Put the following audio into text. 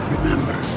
Remember